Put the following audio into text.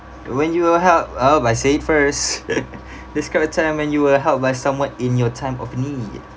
when you were helped uh I say it first describe a time when you were helped by someone in your time of need